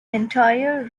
entire